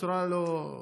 בצורה לא טובה.